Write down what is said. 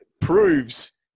proves